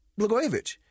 Blagojevich